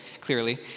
clearly